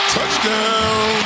Touchdown